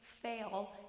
fail